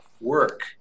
work